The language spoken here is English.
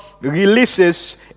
releases